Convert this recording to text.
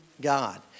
God